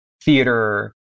theater